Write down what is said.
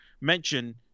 mention